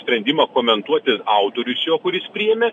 sprendimą komentuoti autorius jo kuris priėmė